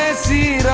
see